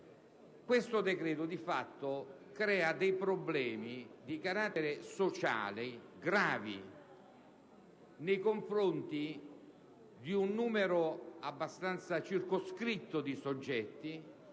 esaminando, di fatto, crea dei problemi di carattere sociale gravi nei confronti di un numero abbastanza circoscritto di soggetti,